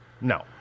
No